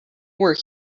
were